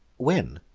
when,